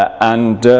and